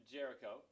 Jericho